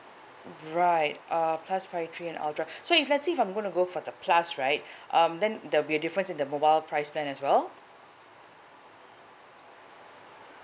right uh plus five three and ultra so if let's say if I'm gonna go for the plus right um then there will be a difference in the mobile price plan as well